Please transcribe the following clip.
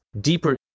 deeper